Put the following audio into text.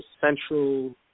Central